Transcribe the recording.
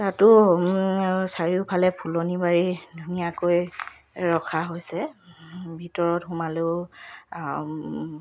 তাতো চাৰিওফালে ফুলনি বাৰী ধুনীয়াকৈ ৰখা হৈছে ভিতৰত সোমালেও